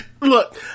Look